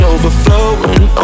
Overflowing